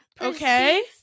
Okay